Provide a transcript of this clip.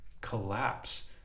collapse